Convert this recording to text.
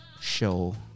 show